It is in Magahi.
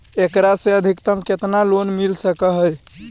एकरा से अधिकतम केतना लोन मिल सक हइ?